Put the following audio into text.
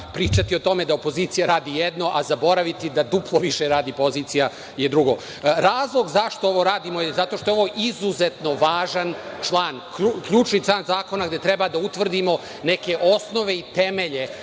pričati o tome da opozicija radi jedno, a zaboraviti da duplo više radi pozicija, je drugo. Razlog zašto ovo radimo je zato što je ovo izuzetno važan član, ključni član zakona gde treba da utvrdimo neke osnove i temelje